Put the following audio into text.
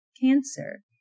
Cancer